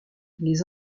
les